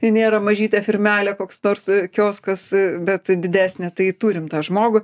nėra mažytė firmelė koks nors kioskas bet didesnė tai turim tą žmogų